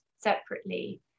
separately